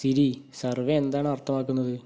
Siri survey എന്താണ് അർത്ഥമാക്കുന്നത്